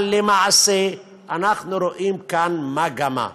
אבל למעשה אנחנו רואים כאן מגמה,